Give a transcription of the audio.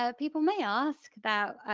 ah people may ask,